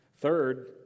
Third